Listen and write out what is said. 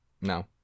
No